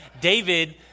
David